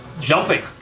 jumping